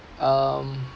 um